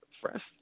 fresh